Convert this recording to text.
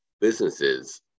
businesses